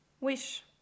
wish